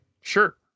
Sure